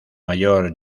mayor